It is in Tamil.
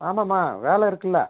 ஆமாம்மா வேலை இருக்கில்ல